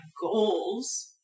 goals